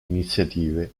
iniziative